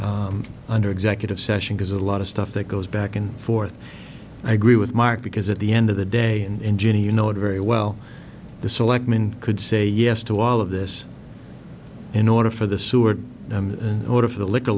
under executive session there's a lot of stuff that goes back and forth i agree with mark because at the end of the day in you know it very well the selectmen could say yes to all of this in order for the sewer and in order for the liquor